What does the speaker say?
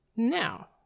now